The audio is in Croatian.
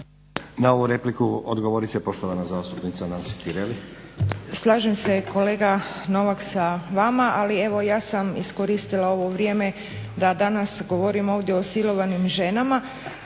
**Tireli, Nansi (Hrvatski laburisti - Stranka rada)** Slažem se kolega Novak sa vama, ali evo ja sam iskoristila ovo vrijeme da danas govorim ovdje o silovanim ženama,